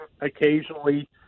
occasionally